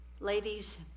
Ladies